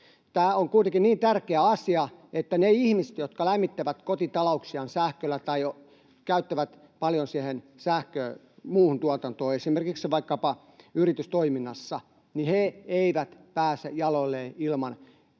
Tämä on kuitenkin niin tärkeä asia, koska ne ihmiset, jotka lämmittävät kotitalouksiaan sähköllä tai käyttävät paljon sähköä muuhun tuotantoon, esimerkiksi vaikkapa yritystoiminnassa, eivät pääse jaloilleen ilman kohtuullista